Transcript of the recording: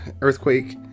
earthquake